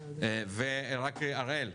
הראל,